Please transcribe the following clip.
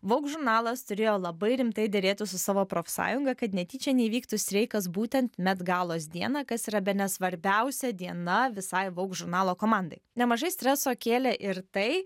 vaug žurnalas turėjo labai rimtai derėtis su savo profsąjunga kad netyčia neįvyktų streikas būtent met galos dieną kas yra bene svarbiausia diena visai vaug žurnalo komandai nemažai streso kėlė ir tai